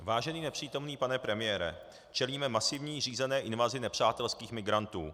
Vážený nepřítomný pane premiére, čelíme masivní řízené invazi nepřátelských migrantů.